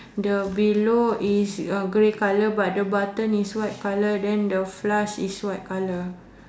the below is uh grey colour but the button is white colour then the flask is white colour